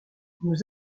nous